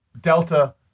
delta